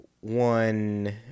one